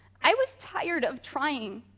i was tired of trying,